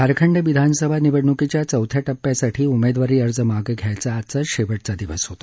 झारखंड विधानसभा निवडणुकीच्या चौथ्या टप्प्यासाठी उमेदवारी अर्ज मागे घ्यायचा आजचा शेवटचा दिवस होता